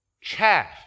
chaff